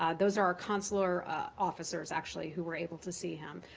ah those are our consular officers, actually, who were able to see him.